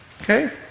Okay